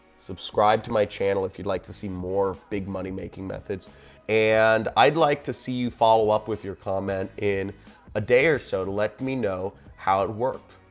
subscribe to my channel, if you'd like to see more big money making methods and i'd like to see you follow up with your comment in a day or so to let me know how it worked.